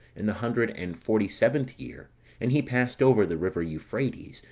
in the hundred and forty-seventh year and he passed over the river euphrates,